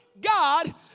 God